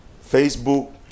Facebook